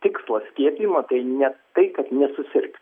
tik to skiepijimo tai ne tai kad nesusirgs